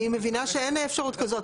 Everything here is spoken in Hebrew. אני מבינה שאין אפשרות כזאת.